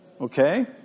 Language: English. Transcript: Okay